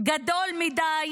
גדול מדי